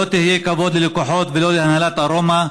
תהיה כבוד ללקוחות ולא להנהלת ארומה,